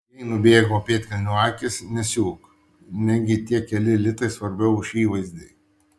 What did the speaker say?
jei nubėgo pėdkelnių akys nesiūk negi tie keli litai svarbiau už įvaizdį